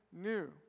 new